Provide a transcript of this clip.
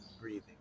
breathing